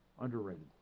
underrated